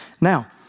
Now